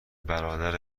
برادر